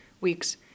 weeks